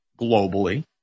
globally